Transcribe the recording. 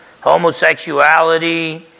homosexuality